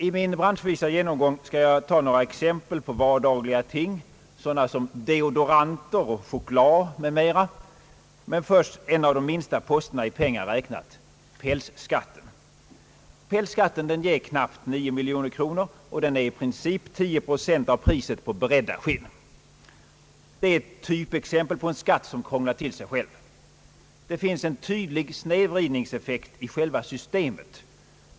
I min genomgång branschvis skall jag ta några exempel på vardagliga ting som deodoranter, choklad m.m., men först en av de minsta posterna i pengar räknat — pälsskatten. Den ger knappt nio miljoner kronor och är i princip 10 procent av priset på beredda skinn. Det är ett typexempel på en skatt som krånglat till sig själv. Det finns en tydlig snedvridningseffekt i själva systemet.